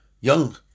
young